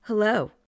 Hello